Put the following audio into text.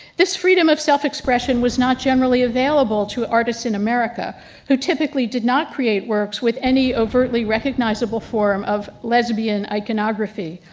this freedom of self-expression was not generally available to artist in america who typically did not create works with any overtly recognizable form of lesbian iconography.